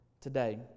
today